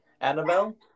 Annabelle